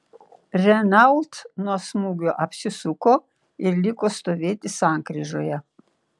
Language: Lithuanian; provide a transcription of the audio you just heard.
renault nuo smūgio apsisuko ir liko stovėti sankryžoje